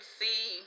see